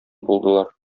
булдылар